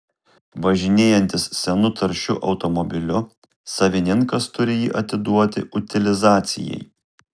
važinėjantis senu taršiu automobiliu savininkas turi jį atiduoti utilizacijai